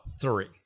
three